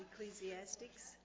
Ecclesiastics